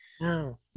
no